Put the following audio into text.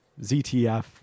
ZTF